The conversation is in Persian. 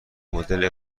مدل